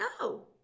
No